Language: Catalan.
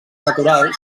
natural